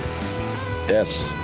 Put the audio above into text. Yes